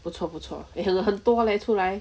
不错不错 eh 很很多 leh 出来